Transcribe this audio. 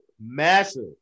massive